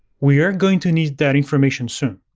we are going to need that information soon.